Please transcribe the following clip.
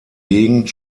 gegend